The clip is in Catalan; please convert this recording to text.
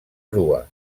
crua